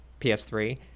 ps3